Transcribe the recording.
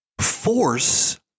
force